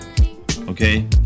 okay